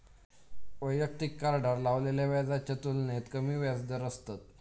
वैयक्तिक कार्डार लावलेल्या व्याजाच्या तुलनेत कमी व्याजदर असतत